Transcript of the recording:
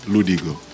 Ludigo